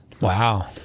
Wow